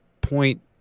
point